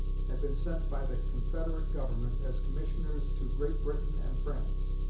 had been sent by the confederate government as commissioners to great britain and france,